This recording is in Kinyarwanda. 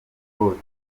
bote